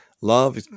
Love